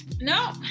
No